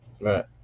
Right